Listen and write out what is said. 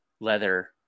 leather